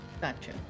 gotcha